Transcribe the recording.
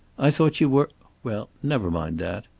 i thought you were well, never mind that.